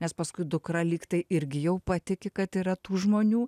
nes paskui dukra lyg tai irgi jau patiki kad yra tų žmonių